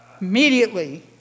immediately